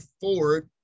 forward